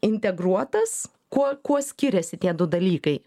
integruotas kuo kuo skiriasi tie du dalykai